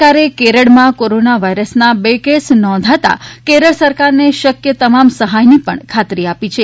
સરકારે કેરળમાં કોરોના વાયરસના બે કેસ નોંધાતા કેરળ સરકારને શક્ય તમામ સહાયની પણ ખાતરી આપી છે